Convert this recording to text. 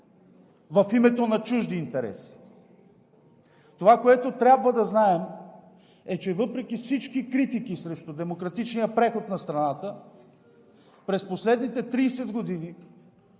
в името на чужди интереси. Това, което трябва да знаем, е, че – въпреки всички критики срещу демократичния преход на страната – през последните 30 години